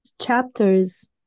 chapters